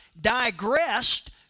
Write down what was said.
digressed